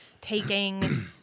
taking